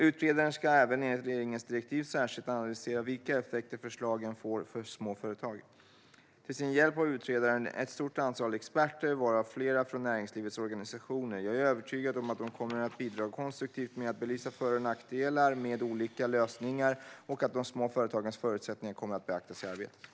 Utredaren ska även enligt regeringens direktiv särskilt analysera vilka effekter förslagen får för små företag. Till sin hjälp har utredaren ett stort antal experter, varav flera från näringslivets organisationer. Jag är övertygad om att de kommer att bidra konstruktivt med att belysa för och nackdelar med olika lösningar och att de små företagens förutsättningar kommer att beaktas i arbetet.